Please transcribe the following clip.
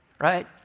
right